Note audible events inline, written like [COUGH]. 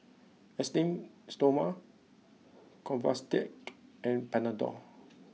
Esteem Stoma [UNINTELLIGIBLE] and Panadol